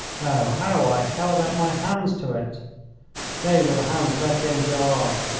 oh, how i held out my hands to it they were the hands of etienne gerard,